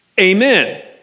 Amen